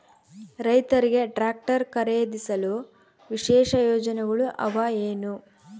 ರೈತರಿಗೆ ಟ್ರಾಕ್ಟರ್ ಖರೇದಿಸಲು ವಿಶೇಷ ಯೋಜನೆಗಳು ಅವ ಏನು?